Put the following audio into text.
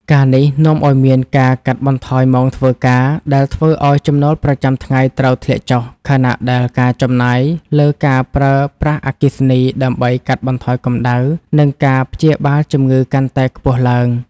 ការណ៍នេះនាំឱ្យមានការកាត់បន្ថយម៉ោងធ្វើការ ដែលធ្វើឱ្យចំណូលប្រចាំថ្ងៃត្រូវធ្លាក់ចុះ ខណៈដែលការចំណាយលើការប្រើប្រាស់អគ្គិសនីដើម្បីកាត់បន្ថយកម្ដៅ និងការព្យាបាលជំងឺកាន់តែខ្ពស់ឡើង។